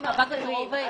במימון הטיפולים הרפואיים.